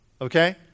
Okay